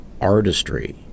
artistry